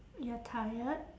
you're tired